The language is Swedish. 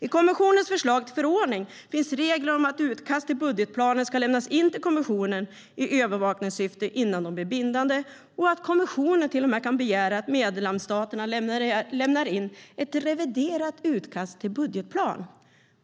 I kommissionens förslag till förordning finns regler om att utkast till budgetplaner ska lämnas in till kommissionen i övervakningssyfte innan de blir bindande och att kommissionen till och med kan begära att medlemsstaterna lämnar in ett reviderat utkast till budgetplan.